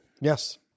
yes